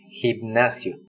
gimnasio